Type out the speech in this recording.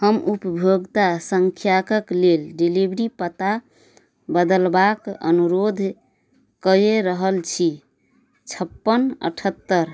हम उपभोक्ता सँख्याके लेल डिलिवरी पता बदलबाक अनुरोध कै रहल छी छप्पन अठहत्तरि